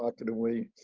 like to the way